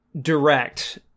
direct